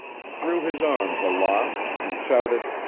threw his arms aloft and shouted